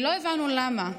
לא הבנו למה.